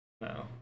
No